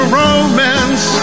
romance